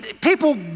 people